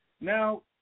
Now